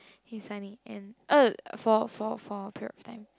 he is funny and oh for for for period of time